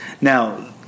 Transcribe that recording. Now